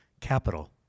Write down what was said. Capital